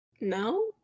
No